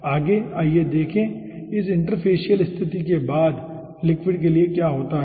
आगे आइए देखें कि इस इंटरफेसियल स्थिति के बाद लिक्विड के लिए क्या होता है